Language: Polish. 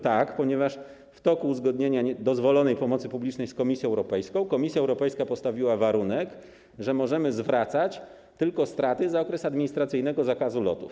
Tak, ponieważ w toku uzgadniania dozwolonej pomocy publicznej z Komisją Europejską Komisja Europejska postawiła warunek, że możemy zwracać tylko straty za okres administracyjnego zakazu lotów.